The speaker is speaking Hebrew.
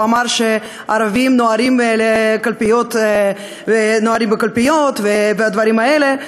אמר שהערבים נוהרים לקלפיות והדברים האלה,